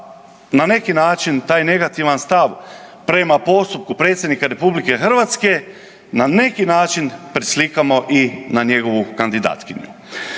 na neki način taj negativan stav prema postupku predsjednika RH na neki način preslikamo i na njegovu kandidatkinju.